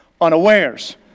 unawares